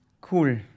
Cool